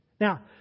Now